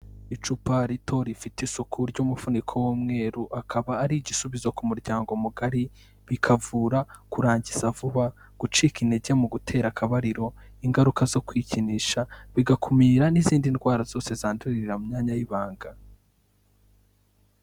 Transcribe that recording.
Icupa rito rifite isuku ry'umufuniko w'umweru, akaba ari igisubizo ku muryango mugari, bikavura kurangiza vuba, gucika intege mu gutera akabariro, ingaruka zo kwikinisha, bigakumira n'izindi ndwara zose, zandurira mu myanya y'ibanga.